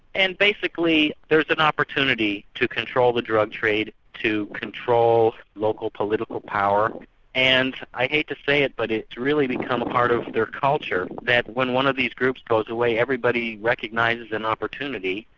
and basically there's an opportunity to control the drug trade, to control local political power and i hate to say it, but it's really become part of their culture, that when one of these groups goes away, everybody recognises an opportunity,